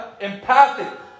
empathic